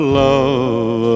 love